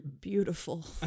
beautiful